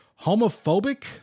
homophobic